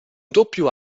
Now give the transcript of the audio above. doppio